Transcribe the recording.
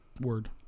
word